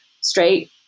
straight